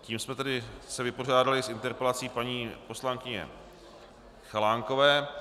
Tím jsme se tedy vypořádali s interpelací paní poslankyně Chalánkové.